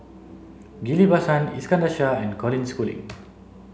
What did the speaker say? Ghillie Basan Iskandar Shah and Colin Schooling